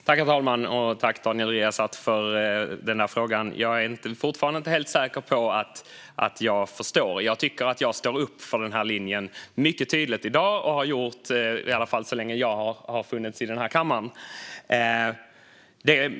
Herr talman! Jag tackar Daniel Riazat för frågan. Jag är fortfarande inte helt säker på att jag förstår. Jag tycker att jag står upp för denna linje mycket tydligt i dag och har gjort det så länge jag har funnits i denna kammare.